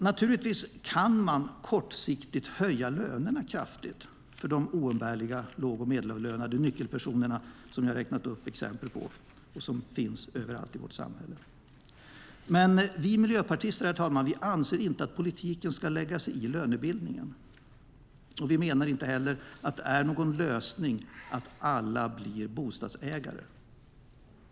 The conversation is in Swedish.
Naturligtvis kan man kortsiktigt höja lönerna kraftigt för de oumbärliga låg och medelavlönade nyckelpersonerna, som jag har räknat upp exempel på och som finns överallt i vårt samhälle, men vi miljöpartister anser inte att politiken ska lägga sig i lönebildningen. Vi menar inte heller att det är någon lösning att alla blir bostadsägare.